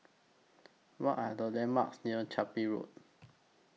What Are The landmarks near Chapel Road